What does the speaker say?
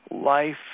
life